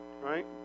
Right